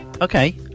Okay